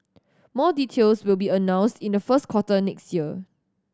more details will be announced in the first quarter next year